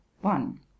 one